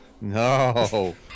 No